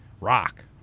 rock